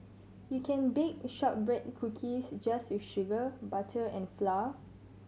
you can bake shortbread cookies just with sugar butter and flour